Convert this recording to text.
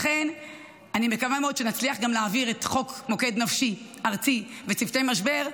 לכן אני מקווה מאוד שנצליח להעביר את חוק מוקד נפשי ארצי וצוותי משבר,